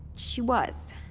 she was.